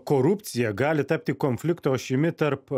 korupcija gali tapti konflikto ašimi tarp